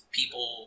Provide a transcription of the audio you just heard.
people